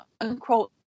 unquote